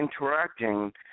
interacting